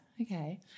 okay